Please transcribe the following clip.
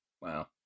Wow